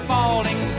Falling